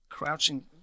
crouching